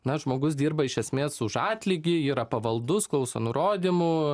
na žmogus dirba iš esmės už atlygį yra pavaldus klauso nurodymų